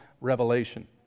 revelation